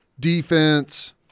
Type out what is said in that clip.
Defense